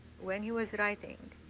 when he was writing,